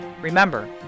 Remember